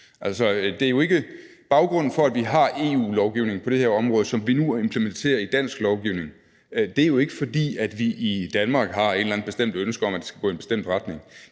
Altså, baggrunden for, at vi har EU-lovgivning på det her område, som vi nu implementerer i dansk lovgivning, er jo ikke, at vi i Danmark har et eller andet bestemt ønske om, at det skal gå i en bestemt retning.